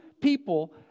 people